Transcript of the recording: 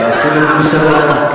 להסיר מסדר-היום.